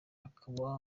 ukaba